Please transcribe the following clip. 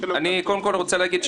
אני קודם כול רוצה להגיד,